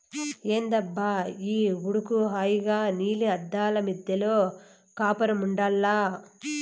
ఏందబ్బా ఈ ఉడుకు హాయిగా నీలి అద్దాల మిద్దెలో కాపురముండాల్ల